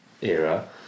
era